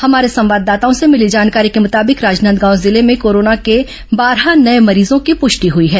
हमारे संवाददाताओं से भिली जानकारी के मुताबिक राजनांदगांव जिले में कोरोना के बारह नये मरीजों की पृष्टि हई है